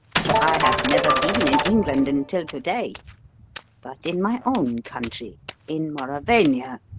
for i have never been in england until to-day but in my own country in mauravania.